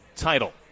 title